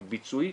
שהיא ביצועית,